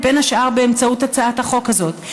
בין השאר באמצעות הצעת החוק הזאת,